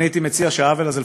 אני הייתי מציע שהעוול הזה,